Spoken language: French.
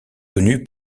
connue